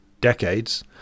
decades